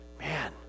man